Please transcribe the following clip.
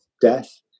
death